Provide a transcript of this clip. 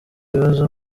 bibazo